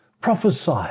Prophesy